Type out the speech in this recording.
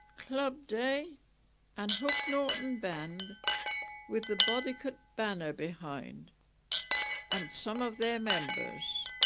club day and hook norton band with the bodicote banner behind and some of their members